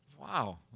wow